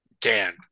Dan